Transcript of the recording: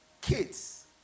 kids